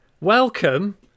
Welcome